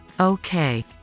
Okay